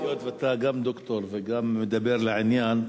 היות שאתה גם דוקטור וגם מדבר לעניין,